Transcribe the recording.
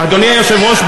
אדוני היושב-ראש,